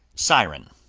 siren,